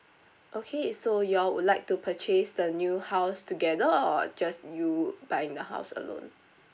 okay so you all would like to purchase the new house together or just you buying the house alone